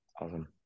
Awesome